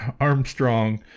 Armstrong